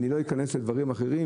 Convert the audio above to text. אני לא אכנס לדברים אחרים,